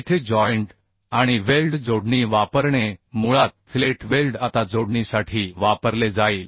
येथे जॉइंट आणि वेल्ड जोडणी वापरणे मुळात फिलेट वेल्ड आता जोडणीसाठी वापरले जाईल